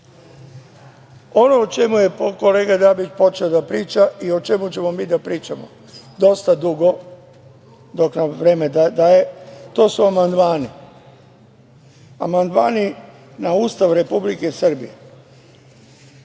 o čemu je kolega Dabić počeo da priča i o čemu ćemo mi da pričamo, dosta dugo, dok nam vreme daje, to su amandmani - amandmani na Ustav Republike Srbije.